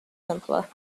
simpler